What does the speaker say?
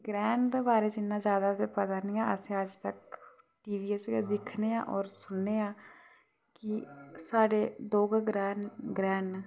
ग्रैहन दे बारे च ते इन्ना ज्यादा ते पता नी ऐ असें अज्जतक टी वी च गै दिक्खने आं होर सुनने आं कि साढ़े दो गै ग्रैह् ग्रैहन न